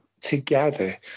together